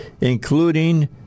including